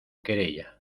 querella